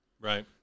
Right